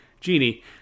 genie